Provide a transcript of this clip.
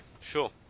sure